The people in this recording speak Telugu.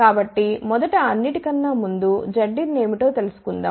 కాబట్టి మొదట అన్నిటి కన్న ముందుZin ఏమిటో తెలుసుకుందాం